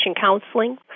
counseling